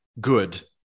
good